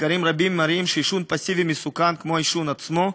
מחקרים רבים מראים שעישון פסיבי מסוכן כמו העישון עצמו.